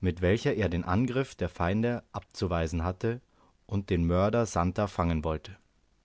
mit welcher er den angriff der feinde abzuweisen hatte und den mörder santer fangen wollte